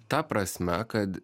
ta prasme kad